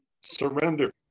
Surrender